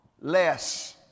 less